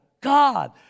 God